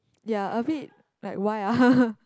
ya abit like why ah